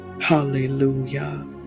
hallelujah